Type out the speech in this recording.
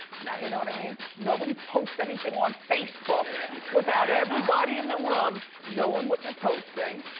nice. you know what i mean? nobody post anything on facebook without everybody in the room knowing what you're posting.